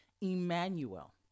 Emmanuel